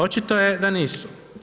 Očito je da nisu.